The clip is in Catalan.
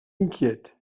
inquiet